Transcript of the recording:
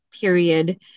period